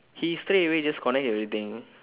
he straightaway just connect everything